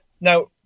Now